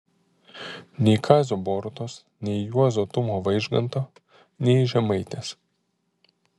nei kazio borutos nei juozo tumo vaižganto nei žemaitės